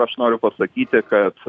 aš noriu pasakyti kad